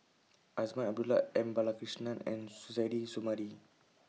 Azman Abdullah M Balakrishnan and Suzairhe Sumari